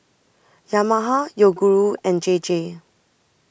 Yamaha Yoguru and J J